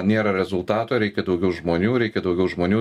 nėra rezultato reikia daugiau žmonių reikia daugiau žmonių